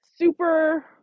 super